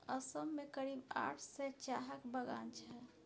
असम मे करीब आठ सय चाहक बगान छै